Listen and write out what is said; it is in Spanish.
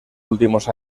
últimos